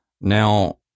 Now